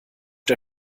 der